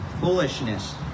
foolishness